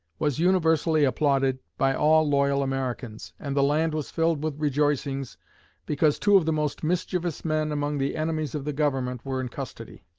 was universally applauded by all loyal americans, and the land was filled with rejoicings because two of the most mischievous men among the enemies of the government were in custody.